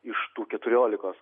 iš tų keturiolikos